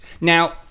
Now